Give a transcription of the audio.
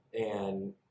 and-